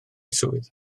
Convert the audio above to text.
swydd